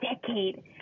decade